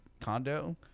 condo